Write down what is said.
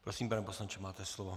Prosím, pane poslanče, máte slovo.